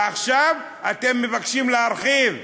ועכשיו אתם מבקשים להרחיב,